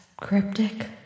cryptic